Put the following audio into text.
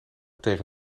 tegen